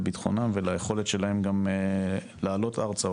לביטחונם וליכולת שלהם לעלות ארצה,